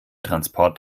transport